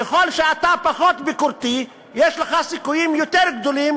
ככל שאתה פחות ביקורתי יש לך סיכויים יותר גדולים